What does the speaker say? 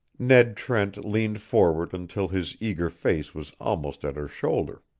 ned trent leaned forward until his eager face was almost at her shoulder.